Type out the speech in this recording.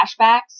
flashbacks